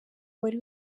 wari